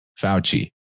Fauci